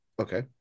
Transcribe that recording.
Okay